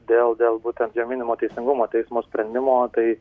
dėl dėl būtent jo minimo teisingumo teismo sprendimo tai